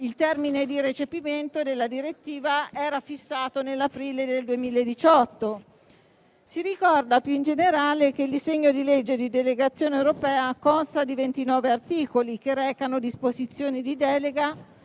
Il termine di recepimento della direttiva era fissato nell'aprile del 2018. Si ricorda, più in generale, che il disegno di legge di delegazione europea consta di 29 articoli, che recano disposizioni di delega